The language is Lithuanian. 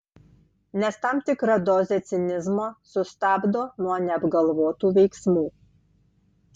nes tam tikra dozė cinizmo sustabdo nuo neapgalvotų veiksmų